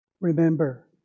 remember